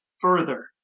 further